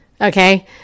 Okay